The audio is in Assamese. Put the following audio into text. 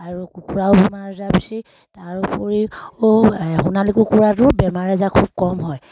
আৰু কুকুৰাও বেমাৰ আজাৰ বেছি তাৰোপৰিও সোণালী কুকুৰাটো বেমাৰ আজাৰ খুব কম হয়